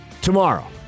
tomorrow